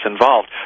involved